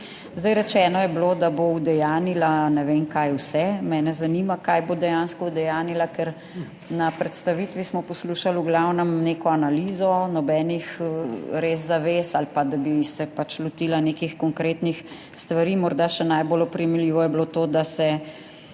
rečeno je bilo, da bo udejanjila ne vem kaj vse. Mene zanima kaj bo dejansko udejanjila? Ker na predstavitvi smo poslušali v glavnem neko analizo nobenih res zavez ali pa, da bi se pač lotila nekih konkretnih stvari. Morda še najbolj oprijemljivo je bilo to, da se